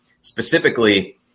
specifically